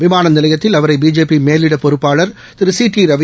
விமான நிலையத்தில் அவரை பிஜேபி மேலிடப் பொறுப்பாளர் திரு சி டி ரவி